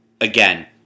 Again